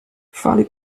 fale